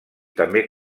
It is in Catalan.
també